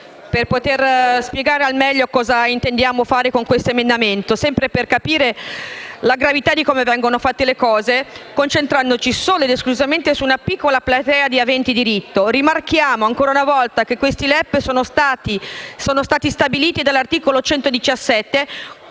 vorrei spiegare al meglio cosa intendiamo fare con questo emendamento, sempre per far capire la gravità della scelta di concentrarsi solo ed esclusivamente su una piccola platea di aventi diritto. Rimarchiamo ancora una volta che i LEP sono stati stabiliti dall'articolo 117,